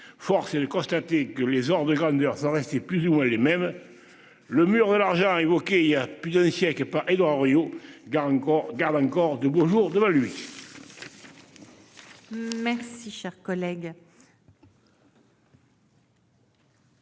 Forcer le constater que les ordres de grandeur sont restés plus ou moins les mêmes. Le mur de l'argent arrive OK il y a plus d'un siècle est pas Édouard Henriot. Encore garde encore de beaux jours devant lui. Merci cher collègue.